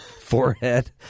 forehead